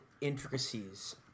intricacies